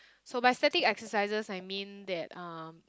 so by static exercises I mean that um